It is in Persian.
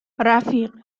رفیق